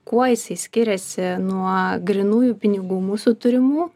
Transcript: kuo jisai skiriasi nuo grynųjų pinigų mūsų turimų